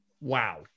wow